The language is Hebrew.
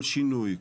כל שינוי,